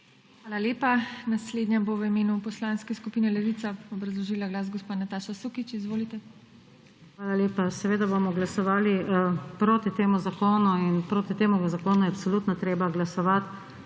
Hvala lepa. Naslednja bo v imenu Poslanske skupine Levica obrazložila glas gospa Nataša Sukič. Izvolite. **NATAŠA SUKIČ (PS Levica):** Hvala lepa. Seveda bomo glasovali poti temu zakonu in proti temu zakonu je absolutno treba glasovati,